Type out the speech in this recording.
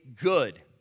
good